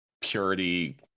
purity